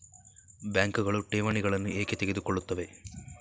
ಬ್ಯಾಂಕುಗಳು ಠೇವಣಿಗಳನ್ನು ಏಕೆ ತೆಗೆದುಕೊಳ್ಳುತ್ತವೆ?